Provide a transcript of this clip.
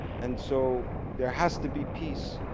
and so there has to be peace.